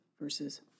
versus